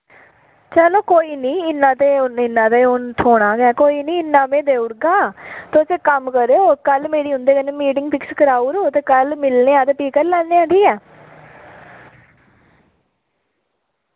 चलो कोई नी इ'न्ना ते हू'न इ'न्ना ते हू'न थ्होना गै कोई नी इ'न्ना मैं देऊड़गा तुस इक कम्म करओ कल मेरी उं'दे कन्नै मीटिंग फिक्स कराऊड़ो ते कल मिलने आं ते फ्ही कर लैने आं ठीक ऐ